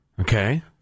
Okay